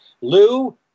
Lou